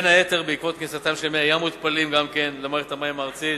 בין היתר בעקבות כניסתם של מי ים מותפלים למערכת המים הארצית.